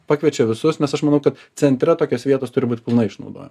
pakviečia visus nes aš manau kad centre tokios vietos turi būt pilnai išnaudoja